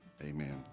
amen